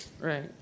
Right